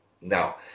now